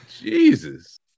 Jesus